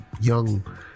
young